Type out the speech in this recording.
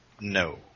No